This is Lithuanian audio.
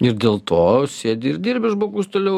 ir dėl to sėdi ir dirbi žmogus toliau